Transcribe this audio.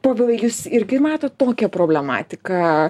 povilai jūs irgi matot tokią problematiką